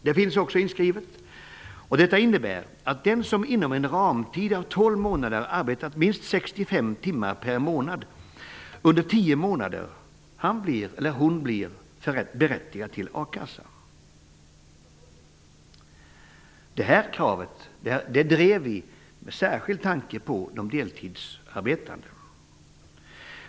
Det finns också inskrivet. Detta innebär att den som inom en ramtid av tolv månader arbetat minst 65 timmar per månad under tio månader blir berättigad till a-kassa. Detta krav drev vi särskilt med tanke på de deltidsarbetande.